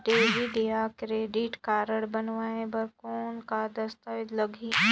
Debit या credit card बनवाय बर कौन का दस्तावेज लगही?